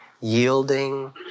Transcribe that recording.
yielding